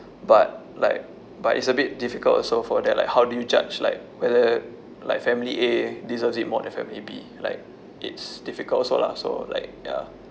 but like but it's a bit difficult also for that like how do you judge like whether like family A deserves it more than family B like it's difficult also lah so like ya